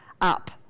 up